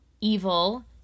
evil